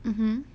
mmhmm